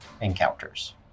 encounters